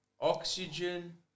Oxygen